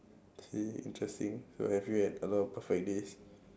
I see interesting so have you had a lot of perfect days